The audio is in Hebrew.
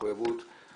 אבל